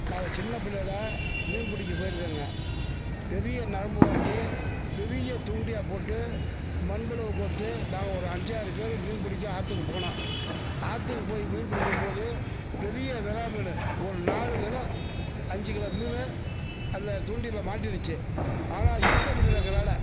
நாங்கள் சின்ன பிள்ளையில் மீன் பிடிக்க போயிருக்கேங்க பெரிய நரம்பு வாங்கி பெரிய தூண்டியாக போட்டு மண்பலக கோர்த்து நாங்கள் ஒரு அஞ்சாறு பேர் மீன் பிடிக்க ஆற்றுக்கு போனோம் ஆற்றுக்கு போய் மீன் பிடிக்கும்போது பெரிய வெறால் மீன் ஒரு நாலு கிலோ அஞ்சுக் கிலோ மீன் அதில் தூண்டிலில் மாட்டிடுச்சு ஆனால் இழுக்க முடியல எங்களால்